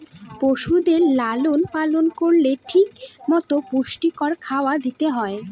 পশুদের লালন পালন করলে ঠিক মতো পুষ্টিকর খাবার দিতে হয়